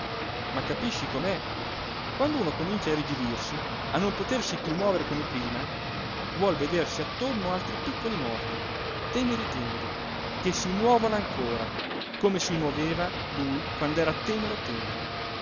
ma capisci com'è quando uno comincia a irrigidirsi a non potersi più muovere come prima vuol vedersi attorno altri piccoli morti teneri teneri che si muovano ancora come si moveva lui quand'era tenero tenero